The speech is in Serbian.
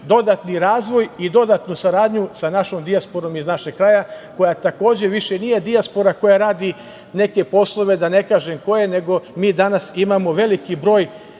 dodatni razvoj i dodatnu saradnju sa našom dijasporom iz našeg kraja, koja takođe više nije dijaspora koja radi neke poslove, da ne kažem koje, nego mi danas imamo veliki broj